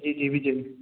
جی جی وجے